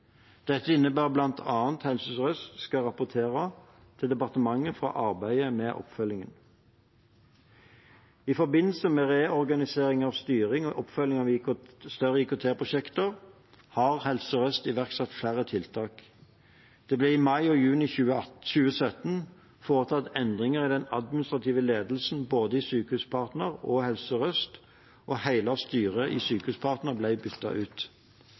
Dette innebærer bl.a. at Helse Sør-Øst skal rapportere til departementet fra arbeidet med oppfølgingen. I forbindelse med reorganiseringen av styring og oppfølging av større IKT-prosjekter har Helse Sør-Øst iverksatt flere tiltak. Det ble i mai og juni 2017 foretatt endringer i den administrative ledelsen både i Sykehuspartner og i Helse Sør-Øst, og hele styret i Sykehuspartner ble byttet ut.